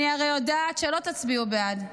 הרי אני יודעת שלא תצביעו בעד.